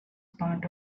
part